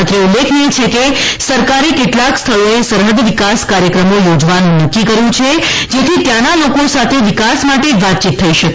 અત્રે ઉલ્લેખનીય છે કે સરકારે કેટલાંક સ્થળોએ સરહદ વિકાસ કાર્યક્રમો યોજવાનું નક્કી કર્યું જેથી ત્યાંનાં લોકો સાથે વિકાસ માટે વાતચીત થઈ શકે